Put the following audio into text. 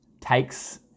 takes